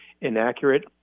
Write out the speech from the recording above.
inaccurate